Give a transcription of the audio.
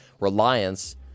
reliance